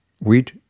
wheat